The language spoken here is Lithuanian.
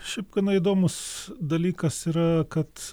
šiaip gana įdomus dalykas yra kad